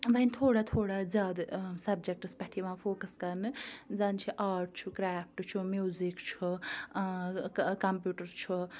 وۄنۍ تھوڑا تھوڑا زیادٕ سَبجَکٹَس پٮ۪ٹھ یِوان فوکَس کَرنہٕ زَنہٕ چھِ آرٹ چھُ کرٛیفٹہٕ چھُ میوٗزِک چھُ کَمپیوٗٹر چھُ